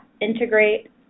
integrate